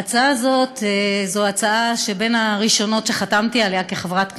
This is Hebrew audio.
ההצעה הזאת היא מההצעות הראשונות שחתמתי עליהן כחברת כנסת,